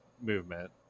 movement